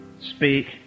speak